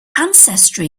ancestry